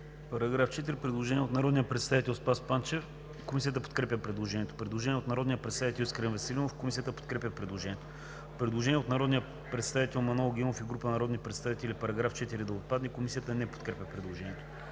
По § 4 има предложение от народния представител Спас Панчев. Комисията подкрепя предложението. Предложение от народния представител Искрен Веселинов. Комисията подкрепя предложението. Предложение от народния представител Манол Генов и група народни представители: „Параграф 4 да отпадне.“ Комисията не подкрепя предложението.